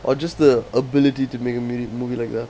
or just the ability to make a minute movie like that